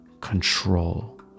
control